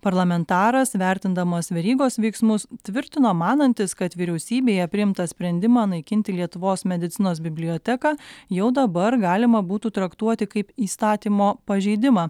parlamentaras vertindamas verygos veiksmus tvirtino manantis kad vyriausybėje priimtą sprendimą naikinti lietuvos medicinos biblioteką jau dabar galima būtų traktuoti kaip įstatymo pažeidimą